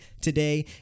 today